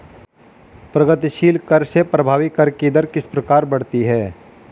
प्रगतिशील कर से प्रभावी कर की दर किस प्रकार बढ़ती है?